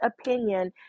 opinion